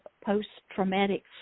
post-traumatic